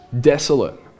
desolate